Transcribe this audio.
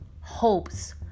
hopes